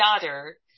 daughter